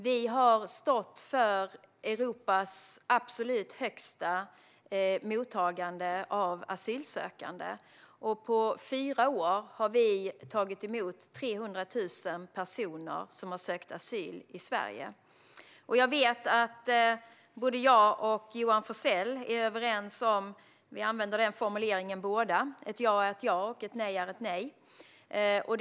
Vi har stått för Europas absolut högsta mottagande av asylsökande. På fyra år har vi tagit emot 300 000 personer som har sökt asyl i Sverige. Jag vet att jag och Johan Forssell är överens om att ett ja är ett ja och att ett nej är ett nej - vi använder båda den formuleringen.